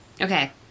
Okay